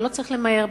אבל לא צריך למהר,